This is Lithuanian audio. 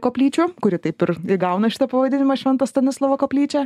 koplyčių kuri taip ir gauna šitą pavadinimą švento stanislovo koplyčia